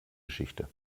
geschichte